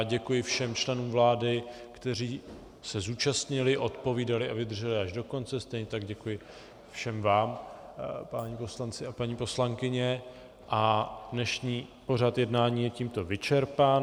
Děkuji všem členům vlády, kteří se zúčastnili, odpovídali a vydrželi až do konce, stejně tak děkuji všem vám, páni poslanci a paní poslankyně, a dnešní pořad jednání je tímto vyčerpán.